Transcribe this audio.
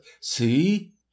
see